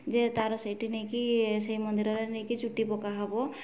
ଯେ ତା'ର ସେଇଠି ନେଇକି ମନ୍ଦିରରେ ନେଇକି ଚୁଟି ପକାହେବ